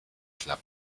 club